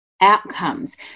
outcomes